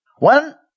One